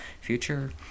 future